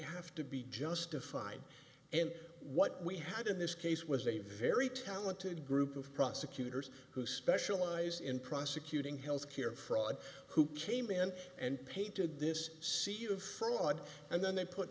have to be justified and what we had in this case was a very talented group of prosecutors who specialize in prosecuting health care fraud who came in and painted this c e o of fraud and then they put